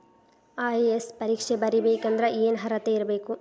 IAS ಪರೇಕ್ಷೆ ಬರಿಬೆಕಂದ್ರ ಏನ್ ಅರ್ಹತೆ ಇರ್ಬೇಕ?